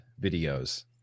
videos